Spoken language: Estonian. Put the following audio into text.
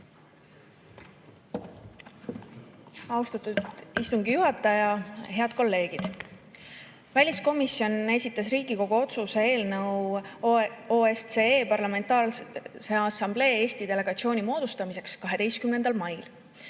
Austatud istungi juhataja! Head kolleegid! Väliskomisjon esitas Riigikogu otsuse eelnõu OSCE Parlamentaarse Assamblee Eesti delegatsiooni moodustamiseks 12. mail.